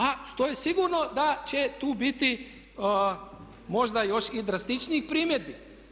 A što je sigurno da će tu biti možda još i drastičnijih primjedbi.